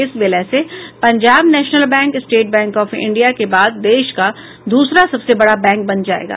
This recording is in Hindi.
इस विलय से Punjab National Bank State Bank of India के बाद देश का दूसरा सबसे बड़ा बैंक बन जायेगा